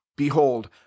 Behold